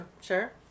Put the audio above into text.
Sure